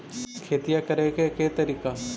खेतिया करेके के तारिका?